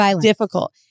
difficult